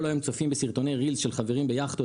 היום צופים בסרטונים של חברים ביאכטות,